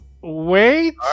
Wait